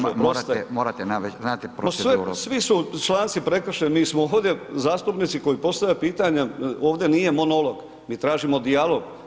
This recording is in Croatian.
Ma sve, svi su članci prekršeni, mi smo ovdje zastupnici koji postavljaju pitanja, ovdje nije monolog, mi tražimo dijalog.